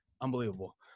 unbelievable